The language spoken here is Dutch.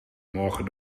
morgen